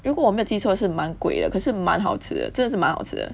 如果我没记错是蛮贵的可是蛮好吃的真的是蛮好吃的